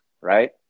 right